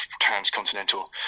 transcontinental